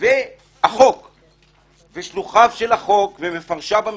אבל הם יכולים לפעול בתוך המסגרת של מה שהחוק במדינת ישראל מאפשר להם,